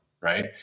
right